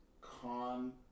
Con